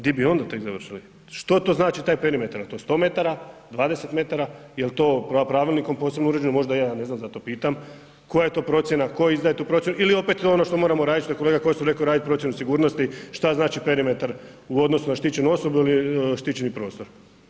Di bi onda tek završili, što to znači taj perimetar, dal je to 100 m, 20 m jel to pravilnikom posebno uređeno, možda je, ja ne znam, zato pitam, koja je to procjena, tko izdaje tu procjenu ili je to opet ono što moramo raditi, što je kolega Kosor rekao, raditi procjenu sigurnosti, šta znači perimetar u odnosu na štićenu osobu ili štićeni prostor.